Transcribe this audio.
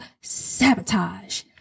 sabotage